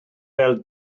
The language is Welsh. fel